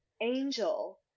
Angel